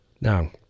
now